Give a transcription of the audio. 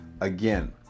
again